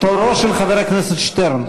תורו של חבר הכנסת שטרן.